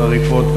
החריפות,